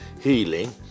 healing